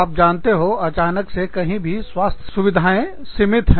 आप जानते हो अचानक से कहीं भी स्वास्थ्य सुविधाएँ सीमित हैं